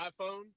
iPhone